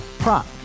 Prop